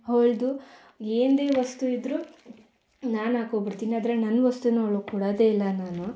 ಅವ್ಳದ್ದು ಏಂದೆ ವಸ್ತು ಇದ್ದರು ನಾನಾಕೊಂಡ್ಬಿಡ್ತೀನಿ ಆದರೆ ನನ್ನ ವಸ್ತುನ ಅವ್ಳಿಗೆ ಕೊಡೋದೇಯಿಲ್ಲ ನಾನು